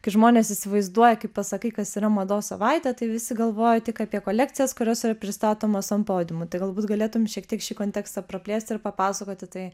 kai žmonės įsivaizduoja kai pasakai kas yra mados savaitė tai visi galvoja tik apie kolekcijas kurios yra pristatomos ant podiumų tai galbūt galėtum šiek tiek šį kontekstą praplėst ir papasakoti tai